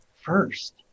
first